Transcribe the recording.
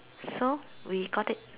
so we got it